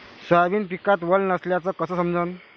Soybean पिकात वल नसल्याचं कस समजन?